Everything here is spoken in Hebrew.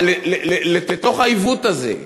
לתוך העיוות הזה,